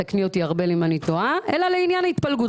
תקני אותי אם אני טועה אלא לעניין ההתפלגות.